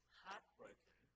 heartbroken